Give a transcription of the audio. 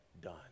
done